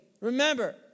Remember